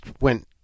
went